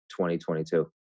2022